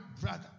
brother